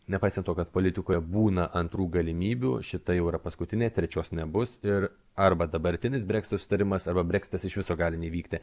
nepaisant to kad politikoje būna antrų galimybių šita jau yra paskutinė trečios nebus ir arba dabartinis breksito susitarimas arba breksitas iš viso gali nevykti